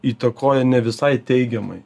įtakoja ne visai teigiamai